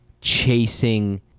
chasing